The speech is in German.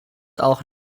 auch